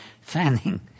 fanning